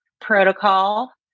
protocol